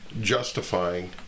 justifying